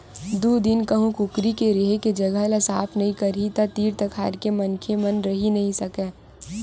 दू दिन कहूँ कुकरी के रेहे के जघा ल साफ नइ करही त तीर तखार के मनखे मन रहि नइ सकय